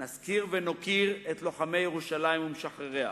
נזכיר ונוקיר את לוחמי ירושלים ומשחרריה,